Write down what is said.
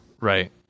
Right